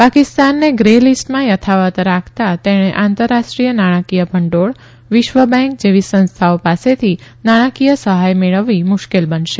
પાકિસ્તાનને ગ્રે લીસ્ટમાં યથાવત રાખતા તેણે આંતરરાષ્ટ્રીય નાણાંકીય ભંડોળ વિશ્વ બેંક જેવી સંસ્થાઓ પાસેથી નાણાંકીય સહાય મેળવવી મુશ્કેલ બનશે